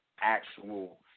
actual